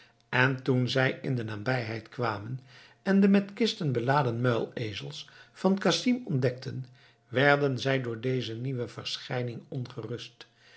en toen zij in de nabijheid kwamen en de met kisten beladen muilezels van casim ontdekten werden zij door deze nieuwe verschijning ongerust